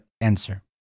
answer